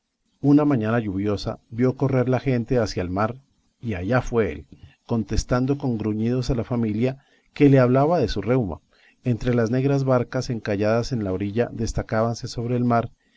una mañana lluviosa vio correr la gente hacia el mar y allá fue él contestando con gruñidos a la familia que le hablaba de su reuma entre las negras barcas encalladas en la orilla destacábanse sobre el mar